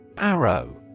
arrow